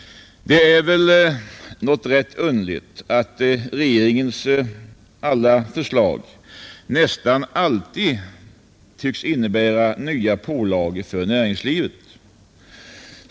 Det är något ganska underligt att regeringens alla förslag nästan alltid tycks innebära nya pålagor för näringlivet.